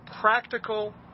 Practical